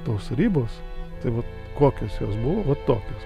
tos ribos tai vat kokios jos buvo va tokios